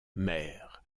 mère